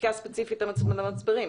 חקיקה ספציפית למצברים.